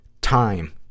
time